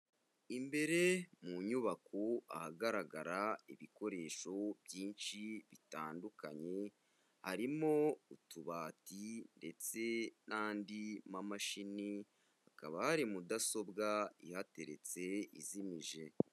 Imbere mu nyubako ahagaragara ibikoresho byinshi bitandukanye, harimo utubati ndetse n'andi mamashini, hakaba hari mudasobwa ihateretse izimije.